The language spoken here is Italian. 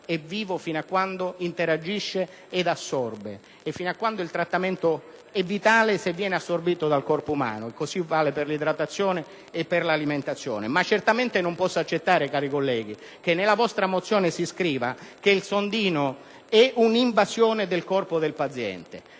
è vivo fino a quando interagisce ed assorbe; fino a quando il trattamento è vitale se viene assorbito dal corpo umano. Un discorso analogo vale per l'idratazione e per l'alimentazione. Ma certamente non posso accettare, cari colleghi, che nella vostra mozione si scriva che il sondino è un'invasione del corpo del paziente.